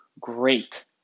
great